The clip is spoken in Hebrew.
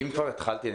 אם כבר התחלתי,